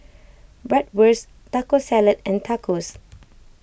Bratwurst Taco Salad and Tacos